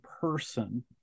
person